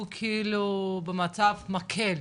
הוא כאילו במצב מקל.